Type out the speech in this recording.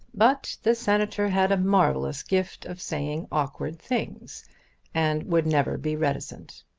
but the senator had a marvellous gift of saying awkward things and would never be reticent.